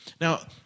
Now